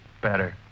Better